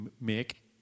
make